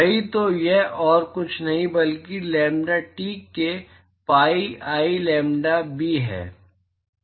वही तो यह और कुछ नहीं बल्कि लैम्ब्डा टी के पाई आई लैम्ब्डा बी है